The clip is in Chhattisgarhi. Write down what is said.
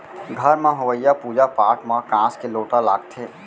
घर म होवइया पूजा पाठ म कांस के लोटा लागथे